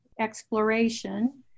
exploration